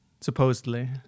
Supposedly